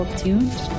tuned